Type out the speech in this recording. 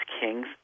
kings